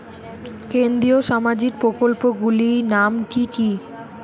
কেন্দ্রীয় সামাজিক প্রকল্পগুলি নাম কি কি?